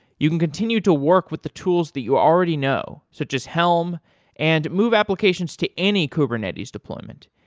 you can continue to work with the tools that you already know, such as helm and move applications to any kubernetes deployment.